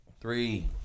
three